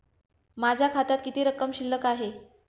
माझ्या खात्यात किती रक्कम शिल्लक आहे?